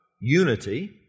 unity